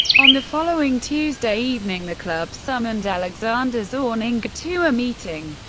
on the following tuesday evening, the club summoned alexander zorninger to a meeting,